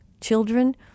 children